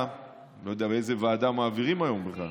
אני לא יודע לאיזה ועדה מעבירים היום בכלל.